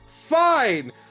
fine